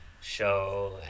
show